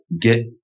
get